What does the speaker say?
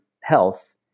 health